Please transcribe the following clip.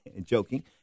joking